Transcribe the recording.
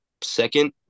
second